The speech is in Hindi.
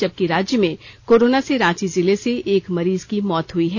जबकि राज्य में कोरोना से रांची जिले से एक मरीज की मौत हुई है